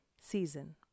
Season